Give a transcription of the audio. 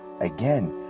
Again